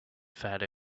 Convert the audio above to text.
fat